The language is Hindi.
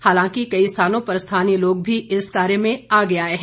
हालांकि कई स्थानों पर स्थानीय लोग भी इस कार्य में आगे आए हैं